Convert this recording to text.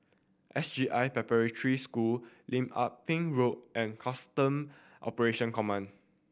S J I Preparatory School Lim Ah Pin Road and Custom Operation Command